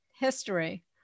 history